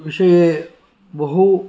विषये बहु